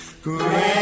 Great